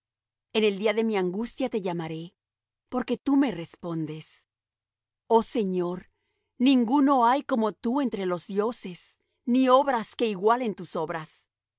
en el día de mi angustia te llamaré porque tú me respondes oh señor ninguno hay como tú entre los dioses ni obras que igualen tus obras